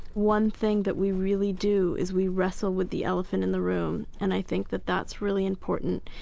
one thing that we really do is we wrestle with the elephant in the room and i think that that's really important,